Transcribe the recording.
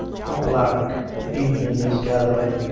how black the evenin' is gatherin',